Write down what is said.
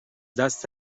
دست